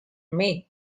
made